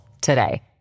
today